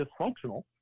dysfunctional